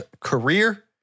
career